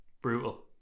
brutal